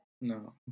No